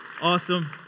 Awesome